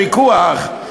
ואם צריכים כאן כזה פיקוח,